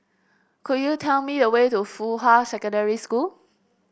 could you tell me the way to Fuhua Secondary School